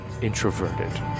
introverted